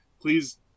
please